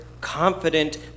confident